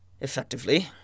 Effectively